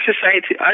society